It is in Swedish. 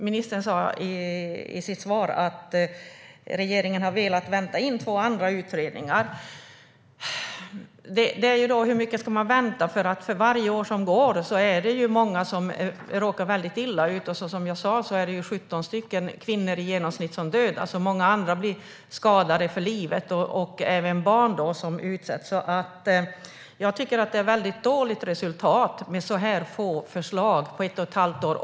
Ministern sa i sitt svar att regeringen har velat vänta in två andra utredningar. Hur länge ska man vänta? För varje år som går är det många som råkar illa ut. Som jag sa är det i genomsnitt 17 kvinnor per år som dödas, och många andra blir skadade för livet. Även barn utsätts. Jag tycker att det är ett dåligt resultat med så här få förslag på ett och ett halvt år.